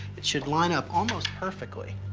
it should line up almost perfectly.